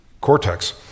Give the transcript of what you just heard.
cortex